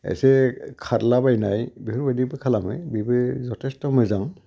एसे खारलाबायनाय बेफोरबायदिबो खालामो बेबो जथेस्थ' मोजां